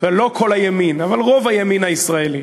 לא כל הימין, אבל רוב הימין הישראלי.